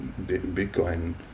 bitcoin